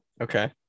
Okay